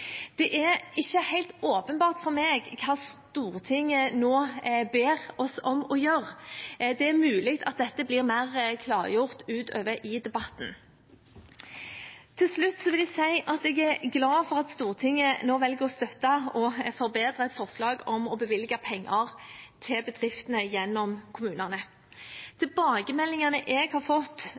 Det er ikke helt åpenbart for meg hva Stortinget nå ber oss om å gjøre. Det er mulig at det blir mer klargjort utover i debatten. Til slutt vil jeg si at jeg er glad for at Stortinget nå velger å støtte og forbedre et forslag om å bevilge penger til bedriftene gjennom kommunene. Tilbakemeldingene jeg har fått